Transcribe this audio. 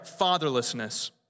fatherlessness